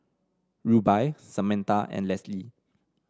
Rubye Samantha and Lesli